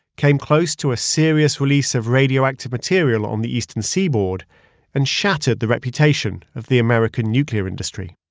came close to a serious release of radioactive material on the eastern seaboard and shattered the reputation of the american nuclear industry.